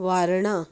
Warna